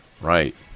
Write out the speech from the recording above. Right